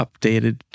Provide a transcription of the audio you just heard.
updated